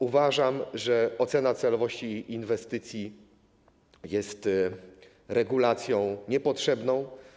Uważam, że ocena celowości inwestycji jest regulacją niepotrzebną.